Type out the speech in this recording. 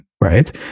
Right